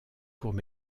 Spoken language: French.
courts